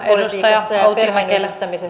mitä vastaatte tähän